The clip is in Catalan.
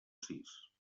sis